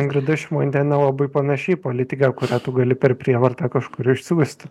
ingrida šimonytė nelabai panaši į politikę kurią tu gali per prievartą kažkur išsiųsti